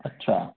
अच्छा